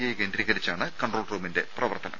I കേന്ദ്രീകരിച്ചാണ് control റൂമിന്റെ പ്രവർത്തനം